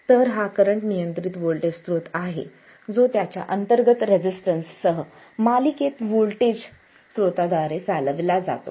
तर हा करंट नियंत्रित व्होल्टेज स्त्रोत आहे जो त्याच्या अंतर्गत रेसिस्टन्ससह मालिकेत व्होल्टेज स्त्रोताद्वारे चालविला जातो